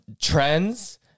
trends